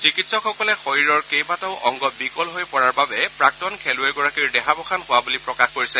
চিকিৎসকসকলে শৰীৰৰ কেইবাটাও অংগ বিকল হৈ পৰাৰ বাবে প্ৰাক্তন খেলুৱৈগৰাকীৰ দেহাৱসান হোৱা বুলি প্ৰকাশ কৰিছে